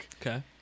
Okay